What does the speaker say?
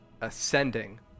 ascending